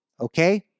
Okay